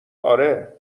آره